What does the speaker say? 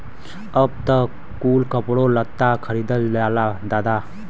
अब त कुल कपड़ो लत्ता खरीदल जाला दादा